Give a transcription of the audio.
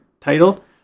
title